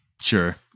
Sure